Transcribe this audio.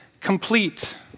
complete